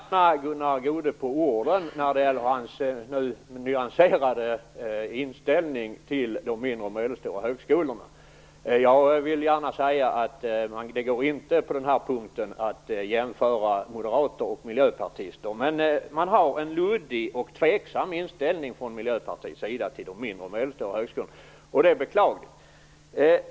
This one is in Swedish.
Herr talman! Jag tar gärna Gunnar Goude på orden när det gäller hans nyanserade inställning till de mindre och medelstora högskolorna. Jag vill gärna säga att det inte går att jämställa moderater och miljöpartister på den här punkten. Men Miljöpartiet har en luddig och tveksam inställning till de mindre och medelstora högskolorna, och det är beklagligt.